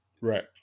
Right